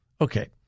Okay